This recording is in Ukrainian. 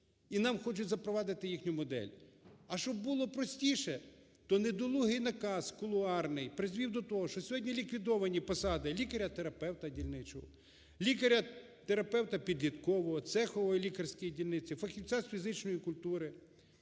і нам хочуть запровадити їхню модель! А щоб було простіше, то недолугий наказ кулуарний призвів до того, що сьогодні ліквідовані посади лікаря-терапевта дільничного, лікаря-терапевта підліткового, цехової лікарської дільниці, фахівця з фізичної культури,